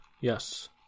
Yes